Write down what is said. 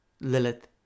Lilith